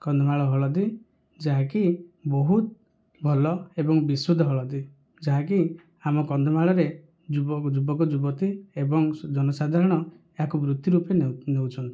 କନ୍ଧମାଳ ହଳଦୀ ଯାହାକି ବହୁତ ଭଲ ଏବଂ ବିଶୁଦ୍ଧ ହଳଦୀ ଯାହାକି ଆମ କନ୍ଧମାଳରେ ଯୁବକ ଯୁବତୀ ଏବଂ ଜନସାଧାରଣ ଏହାକୁ ବୃତ୍ତି ରୂପରେ ନେଉଛନ୍ତି